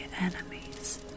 enemies